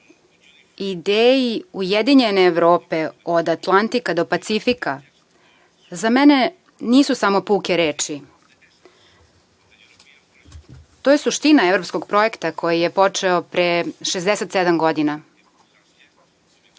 ideji ujedinjene Evrope od Atlantika do Pacifika, za mene nisu samo puke reči. To je suština evropskog projekta koji je počeo pre 67 godina.